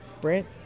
Brent